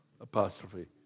apostrophe